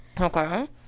okay